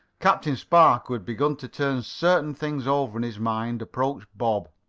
captain spark, who had begun to turn certain things over in his mind, approached bob.